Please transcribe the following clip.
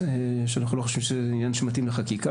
שאנחנו לא חושבים שזה עניין שמתאים לחקיקה.